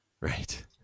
Right